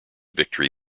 victory